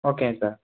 ஓகேங்க சார்